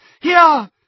Here